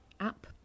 App